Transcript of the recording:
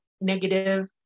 negative